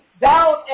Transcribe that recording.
down